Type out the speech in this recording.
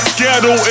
ghetto